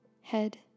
head